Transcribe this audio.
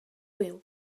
will